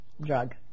drug